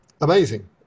Amazing